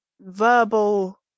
verbal